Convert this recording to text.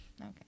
okay